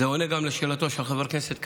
וזה עונה גם על שאלתו של חבר הכנסת קריב,